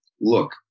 Look